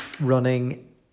running